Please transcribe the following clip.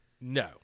No